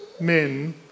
men